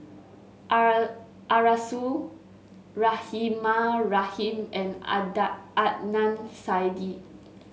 Arasu Rahimah Rahim and Adnan Saidi